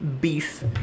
beef